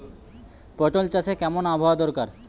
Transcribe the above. পটল চাষে কেমন আবহাওয়া দরকার?